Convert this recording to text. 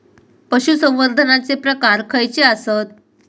पशुसंवर्धनाचे प्रकार खयचे आसत?